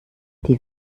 die